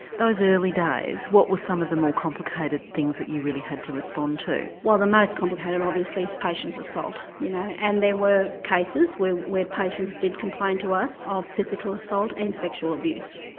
those early days, what were some of the more complicated things that you really had to respond to? well the most complicated obviously is patients assault you know and there were cases where where patients did complain to us ah of physical assault and sexual abuse.